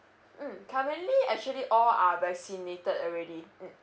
mm currently actually all are vaccinated already mm